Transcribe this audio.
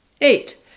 Eight